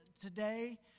today